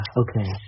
okay